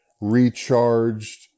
recharged